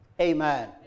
Amen